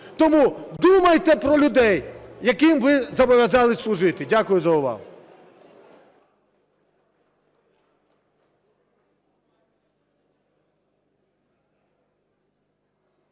Тому думайте про людей, яким ви зобов'язалися служити. Дякую за увагу.